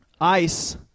Ice